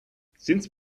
since